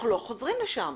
אנחנו לא חוזרים לשם.